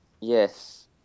yes